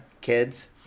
kids